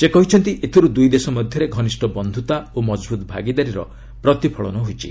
ସେ କହିଛନ୍ତି ଏଥିରୁ ଦୁଇ ଦେଶ ମଧ୍ୟରେ ଘନିଷ୍ଠ ବନ୍ଧୁତା ଓ ମଜବୁତ୍ ଭାଗିଦାରୀର ପ୍ରତିଫଳନ ହୋଇଛି